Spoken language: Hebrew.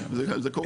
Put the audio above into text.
כן, זה קורה.